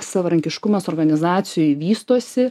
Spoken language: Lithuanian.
savarankiškumas organizacijoj vystosi